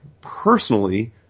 personally